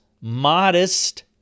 modest